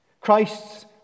Christ's